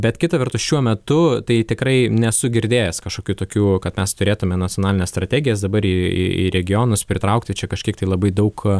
bet kita vertus šiuo metu tai tikrai nesu girdėjęs kažkokių tokių kad mes turėtume nacionalinės strategas dabar į į į regionus pritraukti čia kažkiek tai labai daug